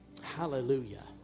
Hallelujah